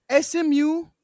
SMU